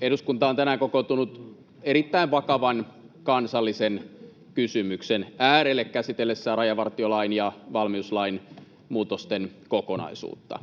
Eduskunta on tänään kokoontunut erittäin vakavan kansallisen kysymyksen äärelle käsitellessään rajavartiolain ja valmiuslain muutosten kokonaisuutta.